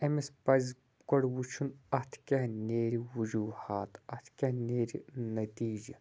أمس پَزِ گۄڈٕ وٕچھُن اتھ کیاہ نیرِ وجوٗہات اتھ کیاہ نیرِ نتیٖجہِ